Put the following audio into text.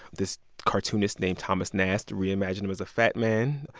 this cartoonist named thomas nast reimagined him as a fat man.